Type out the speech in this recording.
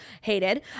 Hated